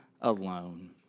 alone